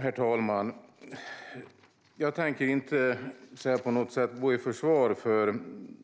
Herr talman! Jag tänker inte på något sätt gå i försvar för